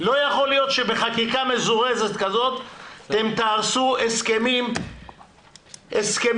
לא יכול להיות שבחקיקה מזורזת כזאת תהרסו הסכמים קיבוציים,